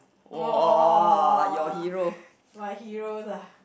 !woah! my heroes ah